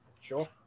sure